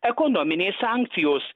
ekonominės sankcijos